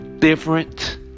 Different